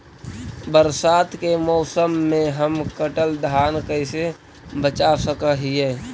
बरसात के मौसम में हम कटल धान कैसे बचा सक हिय?